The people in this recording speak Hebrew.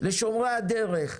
לשומרי הדרך,